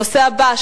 הנושא הבא,